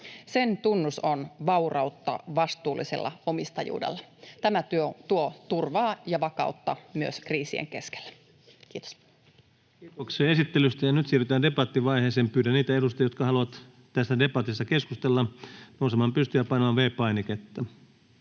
Sen tunnus on Vaurautta vastuullisella omistajuudella. Tämä tuo turvaa ja vakautta myös kriisien keskellä. — Kiitos. Kiitoksia esittelystä. — Ja nyt siirrytään debattivaiheeseen. Pyydän niitä edustajia, jotka haluavat tässä debatissa keskustella, nousemaan pystyyn ja painamaan V-painiketta.